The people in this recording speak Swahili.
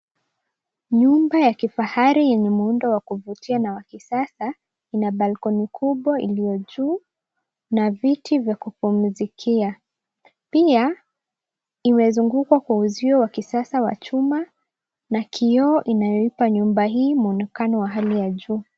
Nyumba ya kifahari yenye muundo wa kuvutia na wa kisasa ina balcony kubwa iliyo juu na viti vya kupumzikia. Pia, imezungukwa kwa uzio wa kisasa wa chuma na kioo inayoipa nyumba hii mwonekano wa hali ya juu.